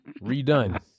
Redone